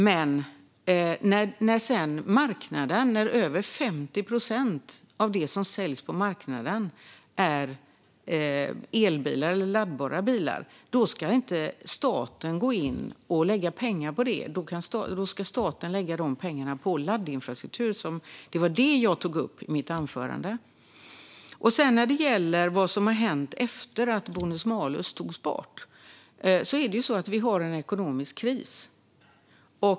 Men när över 50 procent av de bilar som säljs på marknaden är elbilar eller laddbara bilar ska inte staten gå in och lägga pengar på det. Då ska staten lägga pengarna på laddinfrastruktur. Det var detta jag tog upp i mitt anförande. När det gäller det som har hänt efter att bonus malus togs bort måste vi ha i åtanke att vi har en ekonomisk kris.